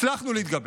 הצלחנו להתגבר,